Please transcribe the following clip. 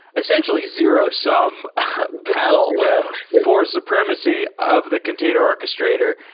essentially zero-sum panel yeah for supremacy of the container orchestrator.